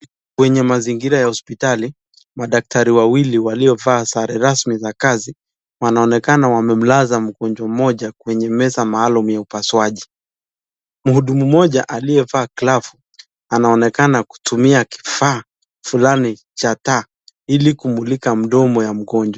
Kwenye mazingira ya hospitali madaktari wawili waliovaa sare rasmi za kazi wanaonekana wamemlaza mgonjwa mmoja kwenye meza maalum ya upasuaji. Mhudumu mmoja aliyevaa glavu anaonekana kutumia kifaa fulani cha taa ili kumulika mdomo ya mgonjwa.